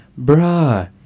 bruh